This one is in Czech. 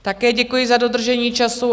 Také děkuji za dodržení času.